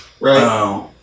Right